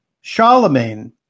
Charlemagne